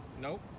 Nope